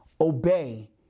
Obey